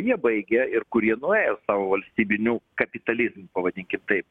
jie baigė ir kur jie nuėjo valstybiniu kapitalizmu pavadinkim taip